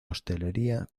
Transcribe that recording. hostelería